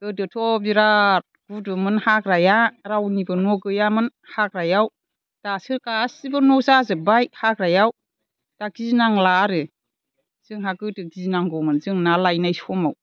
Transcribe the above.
गोदोथ' बिराद गुदुमोन हाग्राया रावनिबो न' गैयामोन हाग्रायाव दासो गासिबो न' जाजोबबाय हाग्रायाव दा गिनांला आरो जोंहा गोदो गिनांगौमोन जों ना लायनाय समाव